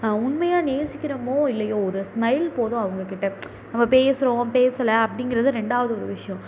உண்மையாக நேசிக்கிறோமோ இல்லையோ ஒரு ஸ்மைல் போதும் அவங்கக்கிட்ட நம்ம பேசுகிறோம் பேசலை அப்படிங்கிறது ரெண்டாவது ஒரு விஷயம்